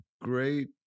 great